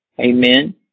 Amen